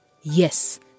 Yes